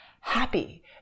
happy